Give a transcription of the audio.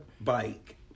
bike